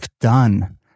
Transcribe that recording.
done